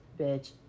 bitch